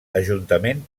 ajuntament